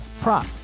prop